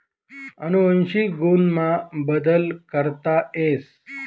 अनुवंशिक गुण मा बदल करता येस